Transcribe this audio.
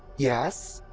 yes?